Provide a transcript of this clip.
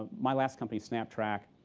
my last company, snaptrack,